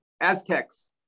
Aztecs